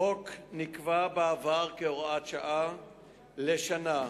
החוק נקבע בעבר כהוראת שעה לשנה,